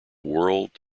world